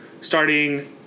starting –